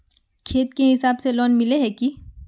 खेत के हिसाब से लोन मिले है की?